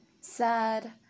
sad